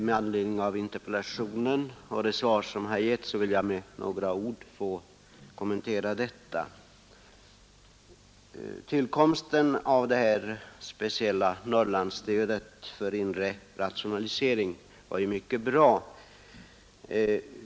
Herr talman! Jag vill med några ord kommentera interpellationen och det svar som har getts. Tillkomsten av det speciella Norrlandsstödet för inre rationalisering var mycket bra.